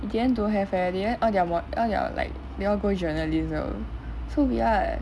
in the end don't have leh in the end all their mod all their like they all go journalism so weird